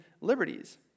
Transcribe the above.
liberties